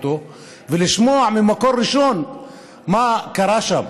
ולשמוע ממקור ראשון מה קרה שם.